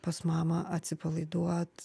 pas mamą atsipalaiduot